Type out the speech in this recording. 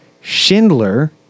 Schindler